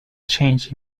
change